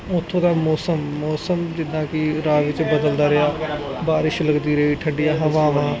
ਉਥੋਂ ਦਾ ਮੌਸਮ ਮੌਸਮ ਜਿੱਦਾਂ ਕਿ ਰਾਹ ਵਿੱਚ ਬਦਲਦਾ ਰਿਹਾ ਬਾਰਿਸ਼ ਲੱਗਦੀ ਰਹੀ ਠੰਡੀਆ ਹਵਾਵਾਂ